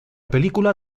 película